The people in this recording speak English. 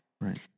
Right